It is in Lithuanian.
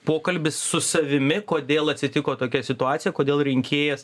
pokalbis su savimi kodėl atsitiko tokia situacija kodėl rinkėjas